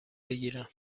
بگیرم